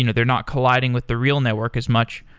you know they're not colliding with the real network as much,